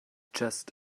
just